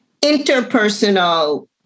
Interpersonal